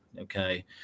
Okay